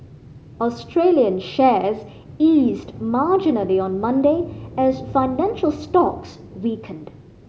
Australian shares eased marginally on Monday as financial stocks weakened